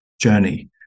journey